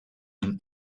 een